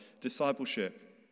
discipleship